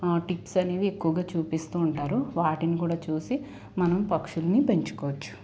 tips అనేవి ఎక్కువగా చూపిస్తూ ఉంటారు వాటిని కూడా చూసి మనం పక్షుల్ని పెంచుకోవచ్చు